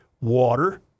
Water